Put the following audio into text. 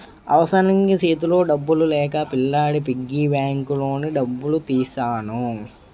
అవసరానికి సేతిలో డబ్బులు లేక పిల్లాడి పిగ్గీ బ్యాంకులోని డబ్బులు తీసెను